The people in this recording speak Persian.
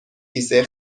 کیسه